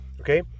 Okay